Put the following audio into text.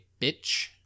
bitch